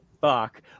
fuck